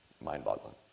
mind-boggling